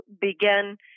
begin